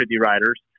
riders